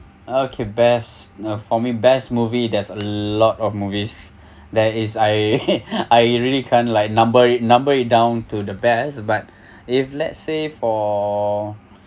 okay best um for me best movie there's a lot of movies that is I I really can't like number number it down to the best but if let's say for